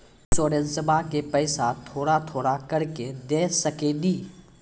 इंश्योरेंसबा के पैसा थोड़ा थोड़ा करके दे सकेनी?